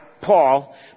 Paul